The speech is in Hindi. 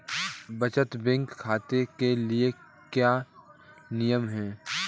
बचत बैंक खाते के क्या क्या नियम हैं?